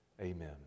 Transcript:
amen